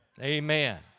Amen